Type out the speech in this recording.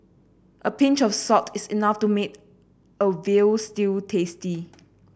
a pinch of salt is enough to make a veal stew tasty